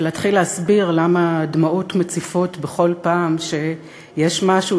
ולהתחיל להסביר למה הדמעות מציפות בכל פעם שיש משהו